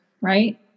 right